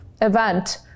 event